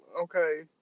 okay